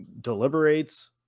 deliberates